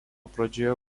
pradžioje